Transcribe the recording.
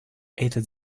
этот